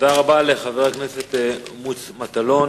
תודה רבה לחבר הכנסת מוץ מטלון.